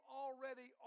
already